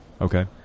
Okay